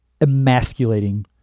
emasculating